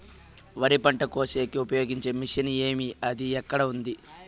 వరి పంట కోసేకి ఉపయోగించే మిషన్ ఏమి అది ఎక్కడ ఉంది?